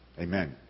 amen